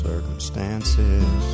Circumstances